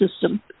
system